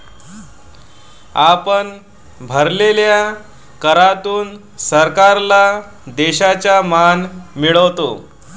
आपण भरलेल्या करातून सरकारला देशाचा मान मिळतो